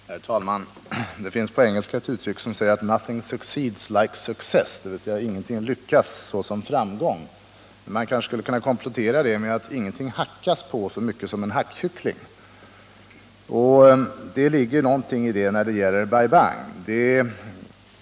Herr talman! Det finns ett engelskt uttryck som säger: Nothing succeeds like success — dvs. ingenting lyckas såsom framgång. Man kanske skulle kunna komplettera det med att säga: Ingenting hackas det på så mycket som på en hackkyckling. Det ligger något i det när det gäller Bai Bang.